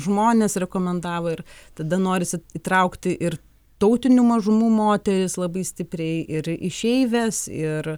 žmonės rekomendavo ir tada norisi įtraukti ir tautinių mažumų moteris labai stipriai ir išeives ir